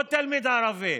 לא תלמיד ערבי.